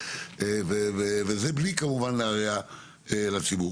וזאת כמובן בלי להרע לציבור.